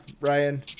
ryan